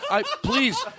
Please